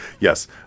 yes